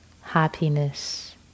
happiness